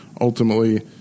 ultimately